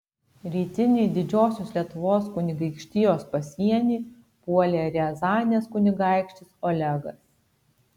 rytinį didžiosios lietuvos kunigaikštijos pasienį puolė riazanės kunigaikštis olegas